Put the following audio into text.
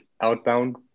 outbound